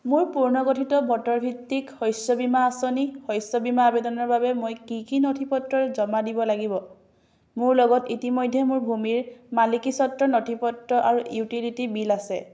মোৰ পুনৰ্গঠিত বতৰ ভিত্তিক শস্য বীমা আঁচনি শস্য বীমা আবেদনৰ বাবে মই কি কি নথিপত্ৰ জমা দিব লাগিব মোৰ লগত ইতিমধ্যে মোৰ ভূমিৰ মালিকীস্বত্বৰ নথিপত্ৰ আৰু ইউটিলিটি বিল আছে